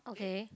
okay